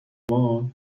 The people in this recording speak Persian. مامان